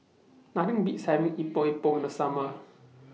Nothing Beats having Epok Epok in The Summer